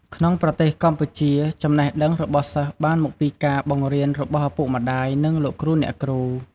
ក្នុងប្រទេសកម្ពុជាចំណេះដឹងរបស់សិស្សបានមកពីការបង្រៀនរបស់ឪពុកម្តាយនិងលោកគ្រូអ្នកគ្រូ។